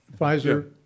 Pfizer